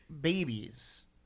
babies